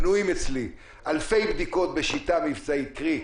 בנויים אצלי מאלפי בדיקות בשיטה מבצעית קרי,